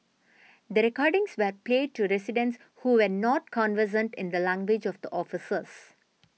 the recordings were play to residents who were not conversant in the language of the officers